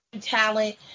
talent